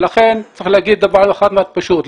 לכן צריך לומר דבר אחד מאוד פשוט.